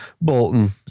Bolton